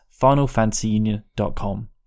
FinalFantasyUnion.com